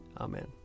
Amen